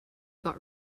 got